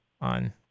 on